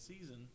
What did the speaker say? season